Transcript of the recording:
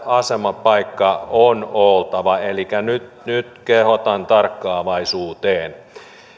asemapaikka on oltava elikkä nyt nyt kehotan tarkkaavaisuuteen